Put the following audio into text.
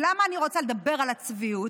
למה אני רוצה לדבר על הצביעות?